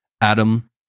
Adam